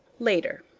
later.